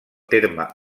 terme